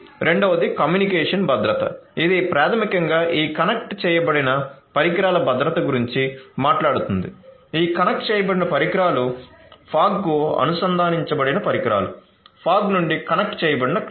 రెండవది కమ్యూనికేషన్ భద్రత ఇది ప్రాథమికంగా ఈ కనెక్ట్ చేయబడిన పరికరాల భద్రత గురించి మాట్లాడుతుంది ఈ కనెక్ట్ చేయబడిన పరికరాలు ఫాగ్ కు అనుసంధానించబడిన పరికరాలు ఫాగ్ నుండి కనెక్ట్ చేయబడిన క్లౌడ్